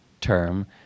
term